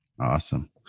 Awesome